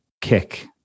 kick